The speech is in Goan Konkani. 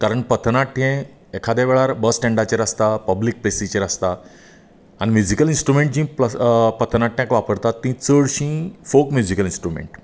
कारण पथनाट्य हें एखादे वेळार बस स्टँडाचेर आसता पब्लीक प्लेसीचेर आसता आनी मुजीकल इन्स्ट्रुमेंट जीं पथनाट्याक वापरतात तीं चडशीं फोक म्युजीकल इन्ट्र्युमेंट